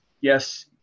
yes